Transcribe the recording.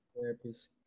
therapist